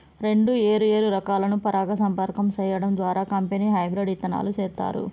రెండు ఏరు ఏరు రకాలను పరాగ సంపర్కం సేయడం ద్వారా కంపెనీ హెబ్రిడ్ ఇత్తనాలు సేత్తారు